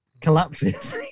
collapses